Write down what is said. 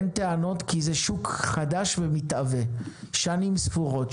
אין טענות כי זה שוק חדש ומתהווה שנים ספורות,